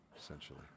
essentially